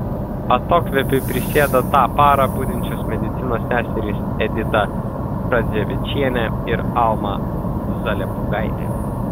atokvėpiui prisėda tą parą budinčios medicinos seserys edita šadzevičienė ir alma zalepūgaitė